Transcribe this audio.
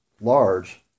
large